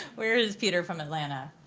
where is peter from atlanta?